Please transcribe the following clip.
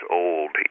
old